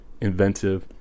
inventive